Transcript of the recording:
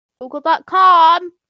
Google.com